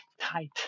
tight